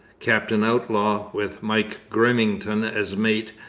captain outlaw, with mike grimmington as mate,